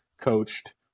coached